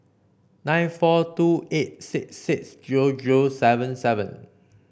nine four two eight six six zero zero seven seven